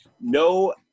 no